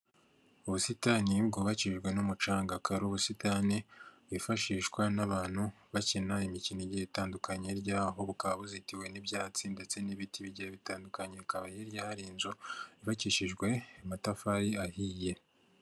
Ubusitani bwubakijwe n'umucanga; bukaba ari ubusitani bwifashishwa n'abantu bakina imikino igiye itandukanye; hirya yaho bukaba buzitiwe n'ibyatsi ndetse n'ibiti bigiye bitandukanye; hakaba hirya hari inzu; yubakishijwe amatafari ahiye.